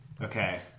Okay